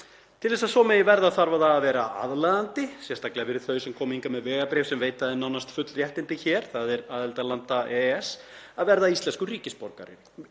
Til að svo megi verða þarf það að vera aðlaðandi, sérstaklega fyrir þau sem koma hingað með vegabréf sem veita þeim nánast full réttindi hér, þ.e. aðildarlanda EES, að verða íslenskur ríkisborgari.